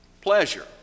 Pleasure